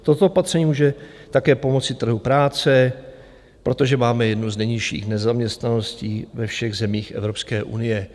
Toto opatření může také pomoci trhu práce, protože máme jednu z nejnižších nezaměstnaností ve všech zemích Evropské unie.